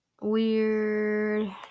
Weird